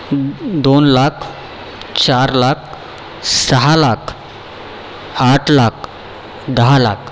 दोन लाख चार लाख सहा लाख आठ लाख दहा लाख